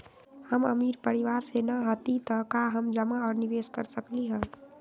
हम अमीर परिवार से न हती त का हम जमा और निवेस कर सकली ह?